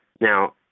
now